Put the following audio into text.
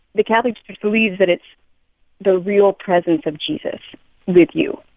the catholic church believes that it's the real presence of jesus with you.